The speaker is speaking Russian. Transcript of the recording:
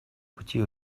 пути